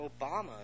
Obama